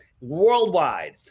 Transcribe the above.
worldwide